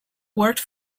worked